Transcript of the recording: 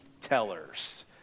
tellers